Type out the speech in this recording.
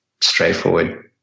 straightforward